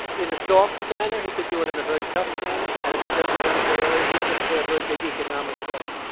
in a soft manner. he can do it in a very tough manner. and if he does it unfairly, he's going to pay a very big economic price.